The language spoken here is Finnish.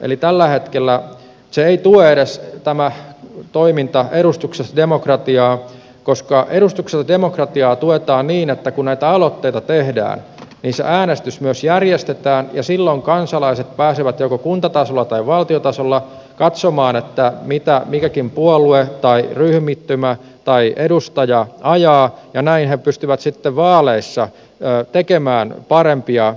eli tällä hetkellä tämä toiminta ei tue edes edustuksellista demokratiaa koska edustuksellista demokratiaa tuetaan niin että kun näitä aloitteita tehdään niin se äänestys myös järjestetään ja silloin kansalaiset pääsevät joko kuntatasolla tai valtiotasolla katsomaan mitä mikäkin puolue tai ryhmittymä tai edustaja ajaa ja näin he pystyvät sitten vaaleissa tekemään parempia